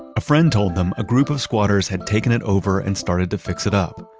a friend told them a group of squatters had taken it over and started to fix it up.